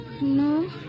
No